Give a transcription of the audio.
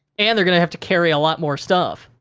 and, they're gonna have to carry a lot more stuff.